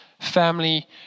family